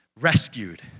Rescued